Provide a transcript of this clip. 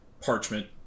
parchment